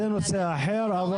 זה נושא אחר.